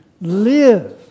live